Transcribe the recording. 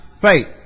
faith